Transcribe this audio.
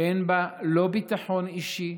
שאין בה לא ביטחון אישי,